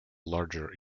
larger